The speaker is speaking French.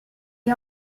est